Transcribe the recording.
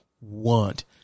want